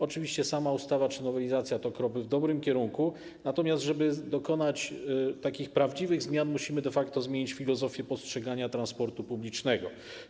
Oczywiście sama ustawa czy nowelizacja to krok w dobrym kierunku, natomiast żeby dokonać prawdziwych zmian, musimy de facto zmienić filozofię postrzegania transportu publicznego.